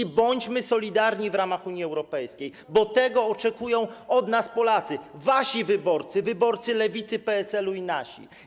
I bądźmy solidarni w ramach Unii Europejskiej, bo tego oczekują od nas Polacy, wasi wyborcy, wyborcy Lewicy, PSL-u i nasi.